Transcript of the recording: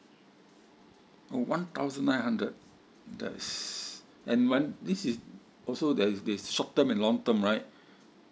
one thousand nine hundred that is and when this is also there is the short term and long term right